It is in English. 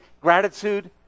gratitude